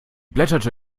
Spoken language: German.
blätterte